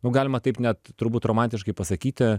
nu galima taip net turbūt romantiškai pasakyti